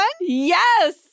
Yes